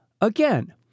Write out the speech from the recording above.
again